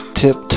tip